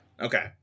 Okay